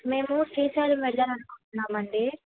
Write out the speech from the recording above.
మేము శ్రీశైలం వెళ్ళాలనుకుంటున్నామండి